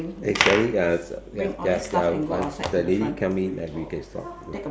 eh the lady come in and we can stop